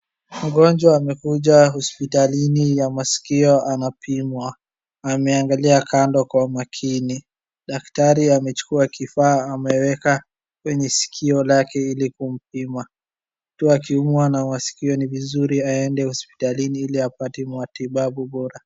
Mgonjwa amakuja hospitalini ya masikio anapimwa. Ameangalia kando kwa makini. Daktari amechukua kifaa ameweka kwenye sikio lake ili kumpima. Mtu akiumwa na masikio ni vizuri aende hospitalini ili apate matibabu bora.